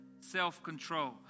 self-control